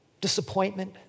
Disappointment